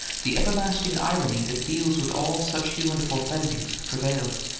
the everlasting irony that deals with all such human forefendings prevailed.